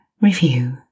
review